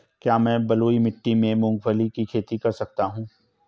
क्या मैं बलुई मिट्टी में मूंगफली की खेती कर सकता हूँ?